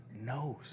knows